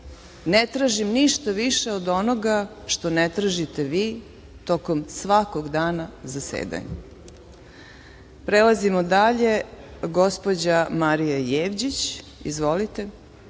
Ne tražim ništa više od onoga što ne tražite vi tokom svakog dana zasedanja. Prelazimo dalje. Gospođa Marija Jevđić. Izvolite.